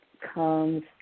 comes